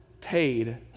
paid